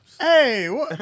hey